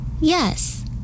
Yes